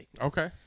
Okay